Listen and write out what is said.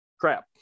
Crap